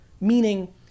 Meaning